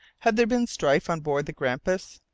had there been strife on board the grampus?